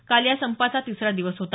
काल या संपाचा तिसरा दिवस होता